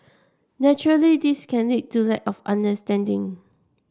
naturally this can lead to the of understanding